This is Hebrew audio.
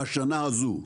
בשנה הזו,